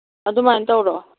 ꯑꯗꯨꯃꯥꯏ ꯇꯧꯔꯣ